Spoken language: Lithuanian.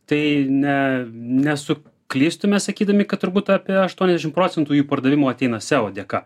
tai ne nesuklystume sakydami kad turbūt apie aštuoniasdešimt procentų jų pardavimų ateina seo dėka